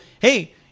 hey